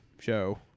show